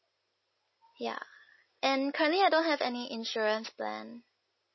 ya and currently I don't have any insurance plan